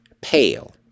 pale